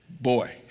Boy